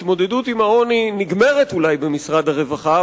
התמודדות עם העוני אולי נגמרת במשרד הרווחה,